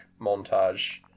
montage